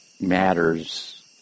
matters